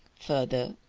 further,